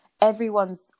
everyone's